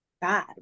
Bad